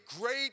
great